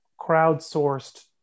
crowdsourced